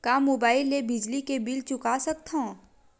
का मुबाइल ले बिजली के बिल चुका सकथव?